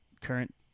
current